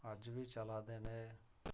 अज्ज बी चला दे न एह्